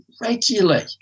regularly